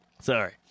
Sorry